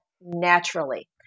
naturally